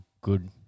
good